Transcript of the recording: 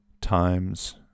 times